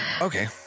Okay